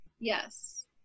yes